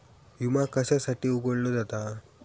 विमा कशासाठी उघडलो जाता?